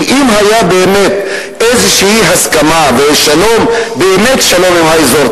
שאם היתה באמת איזושהי הסכמה ושלום אמת באזור,